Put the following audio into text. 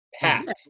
Packed